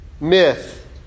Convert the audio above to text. myth